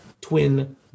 twin